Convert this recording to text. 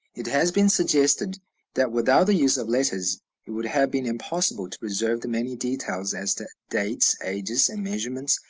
it has been suggested that without the use of letters it would have been impossible to preserve the many details as to dates, ages, and measurements,